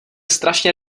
strašně